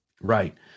Right